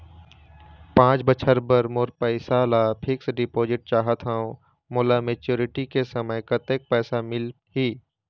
पांच बछर बर मोर पैसा ला फिक्स डिपोजिट चाहत हंव, मोला मैच्योरिटी के समय कतेक पैसा मिल ही?